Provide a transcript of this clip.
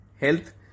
Health